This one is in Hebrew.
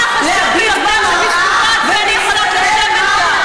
החשוב שבזכותו את ואני יכולות לשבת כאן.